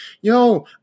yo